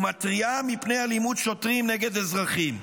ומתריעה מפני אלימות שוטרים נגד אזרחים,